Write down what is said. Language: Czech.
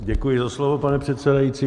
Děkuji za slovo, pane předsedající.